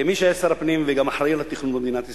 כמי שהיה שר הפנים וגם אחראי לתכנון במדינת ישראל,